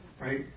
Right